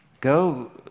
go